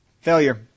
Failure